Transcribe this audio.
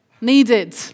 needed